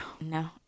no